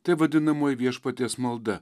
taip vadinamoji viešpaties malda